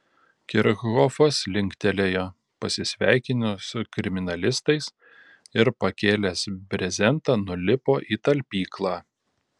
kirchhofas linktelėjo pasisveikino su kriminalistais ir pakėlęs brezentą nulipo į talpyklą